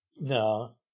No